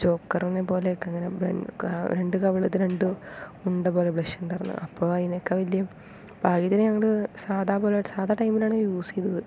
ജോക്കറിനെ പോലെയൊക്കെ ഇങ്ങനെ ബ്ലെ രണ്ടു കവിളത്തും രണ്ട് ഉണ്ട പോലെ ബ്ലഷ് ഉണ്ടായിരുന്നു അപ്പം അതിനെക്കാൾ വല്യ ഭാഗ്യത്തിന് ഞങ്ങൾ സാധാ പോലെ സാധാ ടൈമിലാണ് യൂസ് ചെയ്തത്